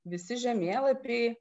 visi žemėlapiai